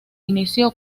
inició